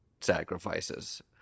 sacrifices